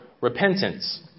repentance